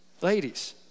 Ladies